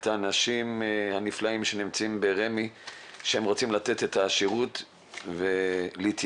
האנשים הנפלאים שנמצאים ברמ"י שרוצים לתת את השירות ולהתייעל.